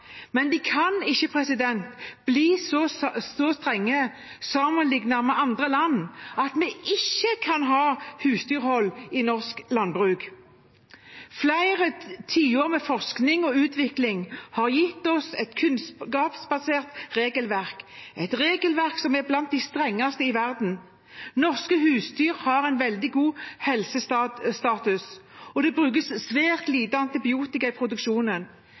Men de kan ikke bli så strenge sammenlignet med andre land at vi ikke kan ha husdyrhold i norsk landbruk. Flere tiår med forskning og utvikling har gitt oss et kunnskapsbasert regelverk – et regelverk som er blant de strengeste i verden. Norske husdyr har en veldig god helsestatus, og det brukes svært lite antibiotika i produksjonen.